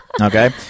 Okay